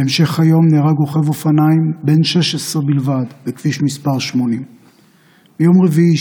בהמשך היום נהרג רוכב אופניים בן 16 בלבד בכביש 80. ביום רביעי,